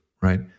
right